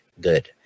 good